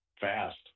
Fast